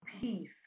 peace